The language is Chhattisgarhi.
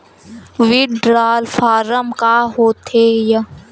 विड्राल फारम का होथेय